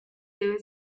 debe